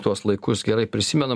tuos laikus gerai prisimenam